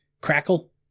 Crackle